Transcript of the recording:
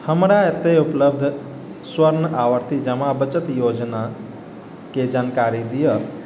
हमरा एतय उपलब्ध स्वर्ण आवर्ती जमा बचत योजना के जानकारी दिअऽ